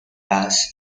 bas